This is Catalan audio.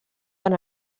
van